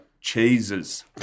cheeses